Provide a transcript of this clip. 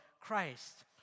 Christ